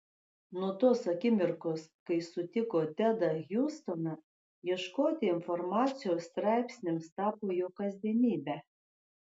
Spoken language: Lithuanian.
nuo tos akimirkos kai sutiko tedą hjustoną ieškoti informacijos straipsniams tapo jo kasdienybe